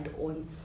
on